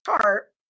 chart